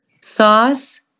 sauce